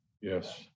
Yes